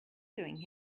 doing